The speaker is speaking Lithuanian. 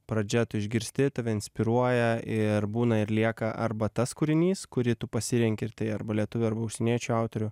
pradžioje tu išgirsti tave inspiruoja ir būna ir lieka arba tas kūrinys kurį tu pasirenki ir tai arba lietuvių arba užsieniečių autorių